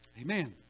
Amen